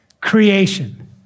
creation